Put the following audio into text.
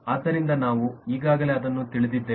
ಆದ್ದರಿಂದ ನಾವು ಈಗಾಗಲೇ ಅದನ್ನು ತಿಳಿದಿದ್ದೇವೆ